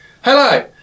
Hello